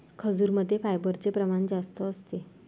खजूरमध्ये फायबरचे प्रमाण जास्त असते